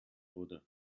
wurde